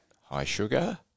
high-sugar